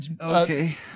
Okay